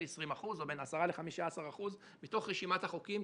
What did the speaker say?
ל-20% או בין 10% ל-10% מתוך רשימת החוקים,